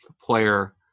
player